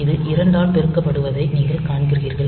இது 2 ஆல் பெருக்கப்படுவதை நீங்கள் காண்கிறீர்கள்